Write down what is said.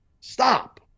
stop